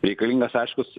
reikalingas aiškus